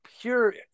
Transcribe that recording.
pure